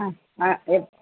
அ அ எப்